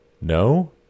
No